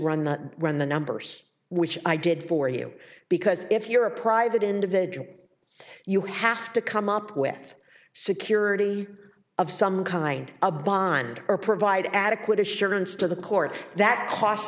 the run the number yes which i did for you because if you're a private individual you have to come up with security of some kind a bond or provide adequate assurance to the court that costs